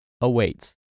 awaits